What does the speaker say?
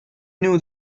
knew